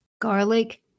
garlic